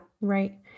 right